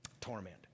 torment